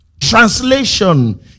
Translation